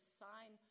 sign